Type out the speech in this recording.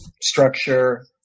structure